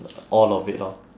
all of it lor